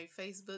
Facebook